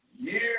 year